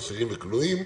אסירים וכלואים).